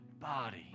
body